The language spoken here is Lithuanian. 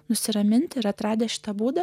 nusiraminti ir atradę šitą būdą